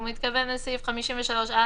הוא מתכוון לסעיף 53(א).